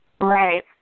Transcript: Right